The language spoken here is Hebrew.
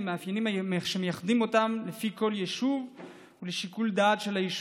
למאפיינים שמייחדים אותם לפי כל יישוב ולשיקול הדעת של היישוב.